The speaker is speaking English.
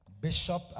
Bishop